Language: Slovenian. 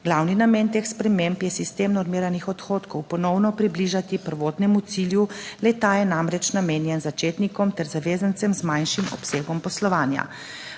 Glavni namen teh sprememb je sistem normiranih odhodkov ponovno približati prvotnemu cilju, le-ta je namreč namenjen začetnikom ter zavezancem z manjšim obsegom poslovanja.